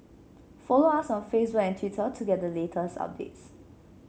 follow us on Facebook and Twitter to get the latest updates